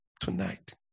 tonight